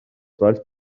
treballs